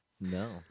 No